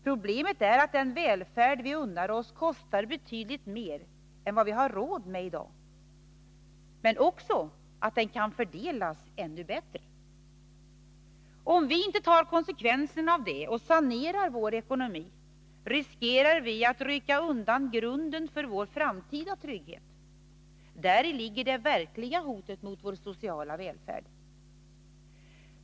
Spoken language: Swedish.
Problemet är att den välfärd vi unnar oss kostar betydligt mer än vad vi har råd med och att den kan fördelas ännu bättre. Om vi inte tar konsekvenserna av det och sanerar vår ekonomi, riskerar vi att rycka undan grunden för vår framtida trygghet. Däri ligger det verkliga hotet mot vår sociala välfärd.